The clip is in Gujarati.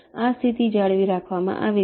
આ સ્થિતિ જાળવી રાખવામાં આવે છે